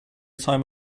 time